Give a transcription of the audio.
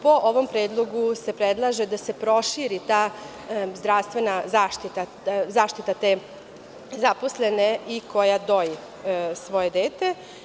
Po ovom predlogu se predlaže da se proširi ta zdravstvena zaštita te zaposlene i koja doji svoje dete.